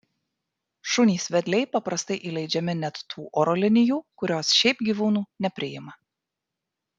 šunys vedliai paprastai įleidžiami net tų oro linijų kurios šiaip gyvūnų nepriima